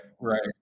right